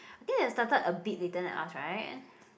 I think they started a bit later than us right